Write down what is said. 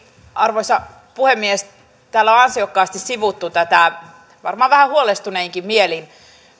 arvoisa puhemies täällä on ansiokkaasti sivuttu varmaan vähän huolestuneinkin mielin